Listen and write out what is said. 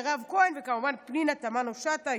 מירב כהן וכמובן פנינה תמנו שטה,